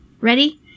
Ready